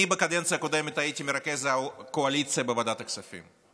אני בקדנציה הקודמת הייתי מרכז הקואליציה בוועדת הכספים.